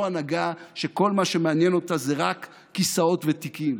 לא הנהגה שכל מה שמעניין אותה זה רק כיסאות ותיקים,